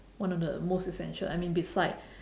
one of the most essential I mean beside